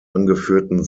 angeführten